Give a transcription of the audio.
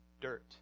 dirt